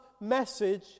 message